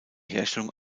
herstellung